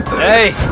hey